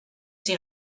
seen